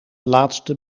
laatste